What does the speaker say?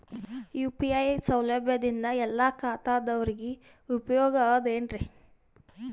UPI ಸೌಲಭ್ಯದಿಂದ ಎಲ್ಲಾ ಖಾತಾದಾವರಿಗ ಉಪಯೋಗ ಅದ ಏನ್ರಿ?